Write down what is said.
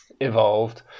evolved